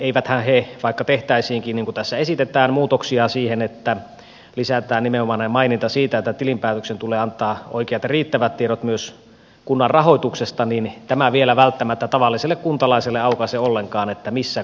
eihän tämä vaikka tehtäisiinkin niin kuin tässä esitetään muutoksia siihen että lisätään nimenomainen maininta siitä että tilinpäätöksen tulee antaa oikeat ja riittävät tiedot myös kunnan rahoituksesta vielä välttämättä tavalliselle kuntalaisille aukaise ollenkaan missä kunnantalous menee